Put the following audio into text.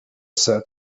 said